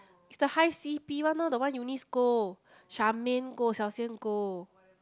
it's the high C_P one orh the one Eunice go Charmaine go Xiao-Xian go